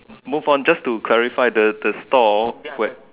move on just to clarify the the store